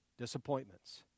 disappointments